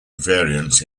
variants